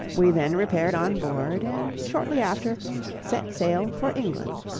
we then repaired on board, and shortly after set sail for england.